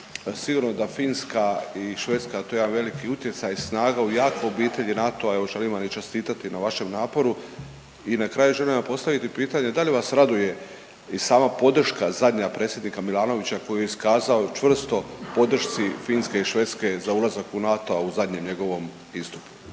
sigurno da Finska i Švedska to je jedan veliki utjecaj snaga u jakoj obitelji NATO-a, evo želim vam čestitati i na vašem naporu i na kraju želim vam postaviti pitanje da li vas raduje i sama podrška zadnja predsjednika Milanovaća koju je iskazao čvrstoj podršci Finske i Švedske za ulazak u NATO u zadnjem njegovom istupu,